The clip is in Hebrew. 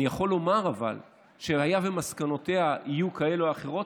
אבל אני יכול לומר שהיה ומסקנותיה יהיו כאלו או אחרות,